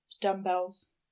dumbbells